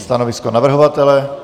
Stanovisko navrhovatele?